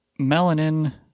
melanin